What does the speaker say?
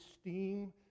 steam